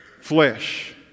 flesh